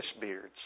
beards